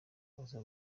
aza